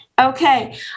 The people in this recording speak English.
Okay